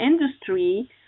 industry